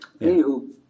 Anywho